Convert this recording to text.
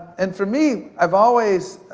and for me, i've always